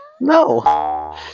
No